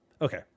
Okay